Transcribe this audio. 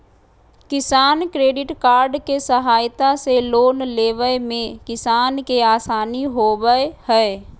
किसान credit card के सहायता से लोन लेवय मे किसान के आसानी होबय हय